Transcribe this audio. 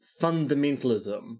fundamentalism